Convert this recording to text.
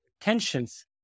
tensions